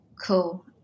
Cool